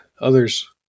Others